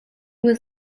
was